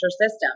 system